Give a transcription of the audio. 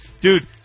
Dude